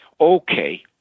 okay